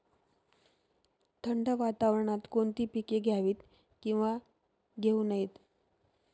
थंड वातावरणात कोणती पिके घ्यावीत? किंवा घेऊ नयेत?